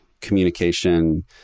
communication